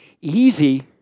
easy